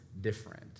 different